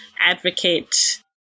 advocate